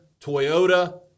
Toyota